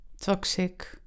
toxic